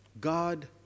God